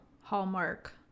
Hallmark